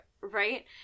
right